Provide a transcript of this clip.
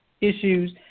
issues